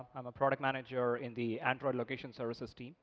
i'm a product manager in the android location services team